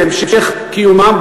בהמשך קיומן,